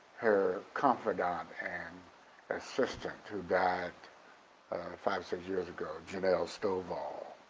her confidante and assistant who died five, six years ago, jeanelle stovall.